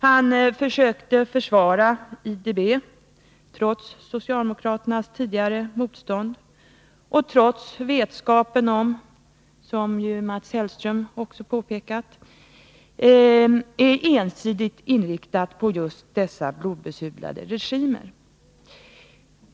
Han försökte försvara IDB, trots socialdemokraternas tidigare motstånd och trots vetskapen om att IDB, som Mats Hellström också påpekat, är ensidigt inriktad på just dessa blodbesudlade regimer.